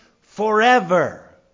forever